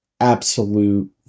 absolute